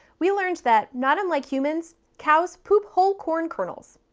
we learned that, not unlike humans, cows poop whole corn kernels.